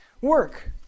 work